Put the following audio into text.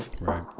Right